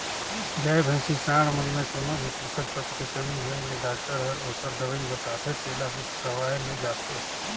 गाय, भइसी, सांड मन में कोनो भी पोषक तत्व के कमी होय ले डॉक्टर हर ओखर दवई बताथे तेला खवाल जाथे